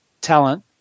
talent